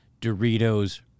Doritos